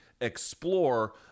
explore